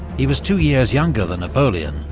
he was two years younger than napoleon,